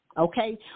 okay